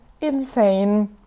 insane